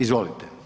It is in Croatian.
Izvolite.